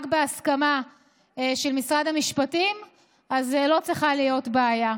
בהסכמה של משרד המשפטים אז לא צריכה להיות בעיה,